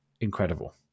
incredible